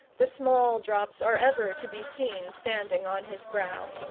the small drops are ever to be seen standing on his brow,